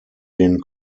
den